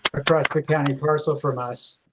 across the county parcel from us,